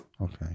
Okay